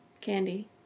Candy